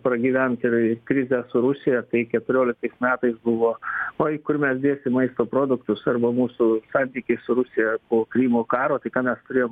pragyvent ir krizę su rusija tai keturioliktais metais buvo oi kur mes dėsim maisto produktus arba mūsų santykiai su rusija po krymo karo tai ką mes turėjom